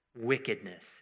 wickedness